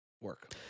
work